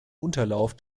unterlauf